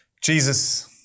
Jesus